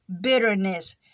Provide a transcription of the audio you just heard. bitterness